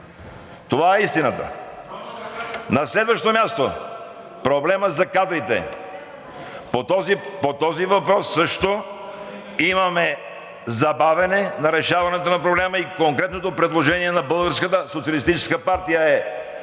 Това е истината! На следващо място – проблемът за кадрите. По този въпрос също имаме забавяне на решаването на проблема и конкретното предложение на